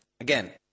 again